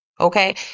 okay